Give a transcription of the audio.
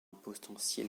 potentiel